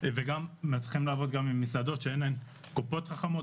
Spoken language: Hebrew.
וגם מתחילים לעבוד עם מסעדות שאין להן קופות חכמות.